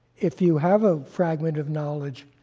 if you have a fragment of knowledge,